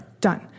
done